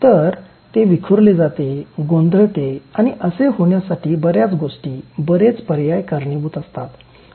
तर ते विखुरले जाते गोंधळते आणि असे होण्यासाठी बर्याच गोष्टी बरेच पर्याय कारणीभूत असतात